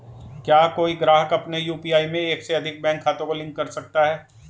क्या कोई ग्राहक अपने यू.पी.आई में एक से अधिक बैंक खातों को लिंक कर सकता है?